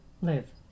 live